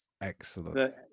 Excellent